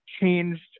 changed